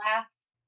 last